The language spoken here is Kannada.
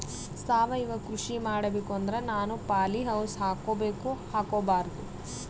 ಸಾವಯವ ಕೃಷಿ ಮಾಡಬೇಕು ಅಂದ್ರ ನಾನು ಪಾಲಿಹೌಸ್ ಹಾಕೋಬೇಕೊ ಹಾಕ್ಕೋಬಾರ್ದು?